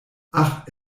ach